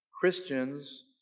christians